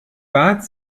bart